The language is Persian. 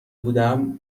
بودم